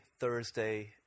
Thursday